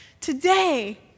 Today